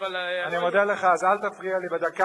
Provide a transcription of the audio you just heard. אני מודה לך, אז אל תפריע לי בדקה.